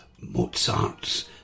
mozart's